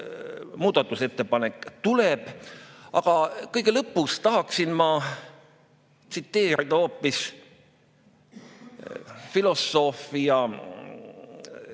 muudatusettepanek tuleb. Aga kõige lõpus tahaksin ma tsiteerida hoopis filosoofi